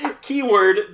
keyword